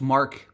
Mark